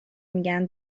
میگن